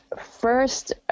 First